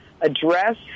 address